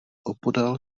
opodál